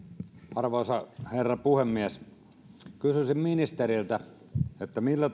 arvoisa herra puhemies kysyisin ministeriltä millä